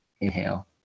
inhale